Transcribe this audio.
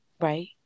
Right